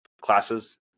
classes